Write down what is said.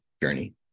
journey